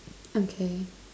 okay